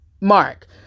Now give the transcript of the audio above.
Mark